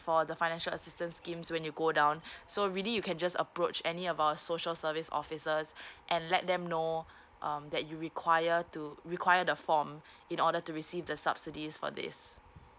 for the financial assistance schemes when you go down so really you can just approach any of our social service officers and let them know um that you require to require the form in order to receive the subsidies for this